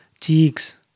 cheeks